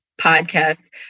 podcasts